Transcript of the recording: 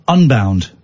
Unbound